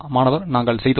மாணவர் நாங்கள் செய்தோம்